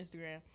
Instagram